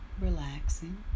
relaxing